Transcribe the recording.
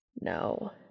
No